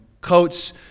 coats